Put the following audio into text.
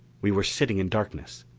we were sitting in darkness,